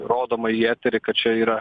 rodoma į eterį kad čia yra